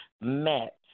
met